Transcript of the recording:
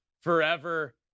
forever